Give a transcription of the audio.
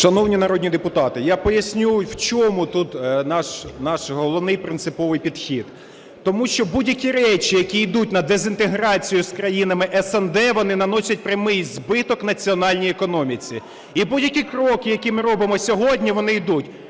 Шановні народні депутати, я поясню в чому тут наш головний принциповий підхід. Тому що будь-які речі, які ідуть на дезінтеграцію з країнами СНД, вони наносять прямий збиток національній економіці, і будь-які кроки, які ми робимо сьогодні, вони ідуть.